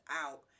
out